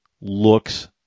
looks